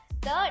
Third